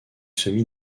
semi